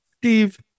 Steve